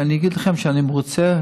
שאני אגיד לכם שאני מרוצה?